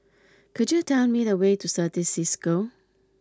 could you tell me the way to Certis Cisco